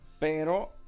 Pero